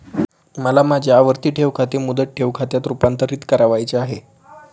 मला माझे आवर्ती ठेव खाते मुदत ठेव खात्यात रुपांतरीत करावयाचे आहे